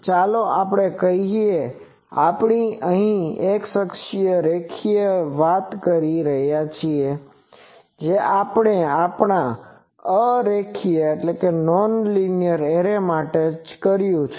ચાલો આપણે કહીએ કે આપણે અહી X અક્ષીય એરેની વાત કરી રહ્યા છીએ જે આપણે આપણા અરૈખિક એરે માટે કર્યું છે